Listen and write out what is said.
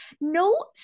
No